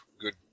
good